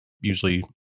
usually